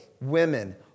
women